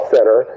Center